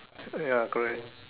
ya correct